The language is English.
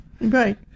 Right